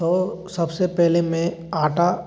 तो सबसे पहले में आटा